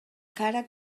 cara